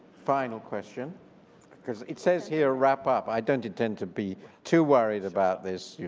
final question because it says here wrap up. i don't intend to be too worried about this.